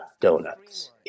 donuts